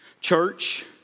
Church